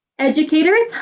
educators.